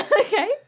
Okay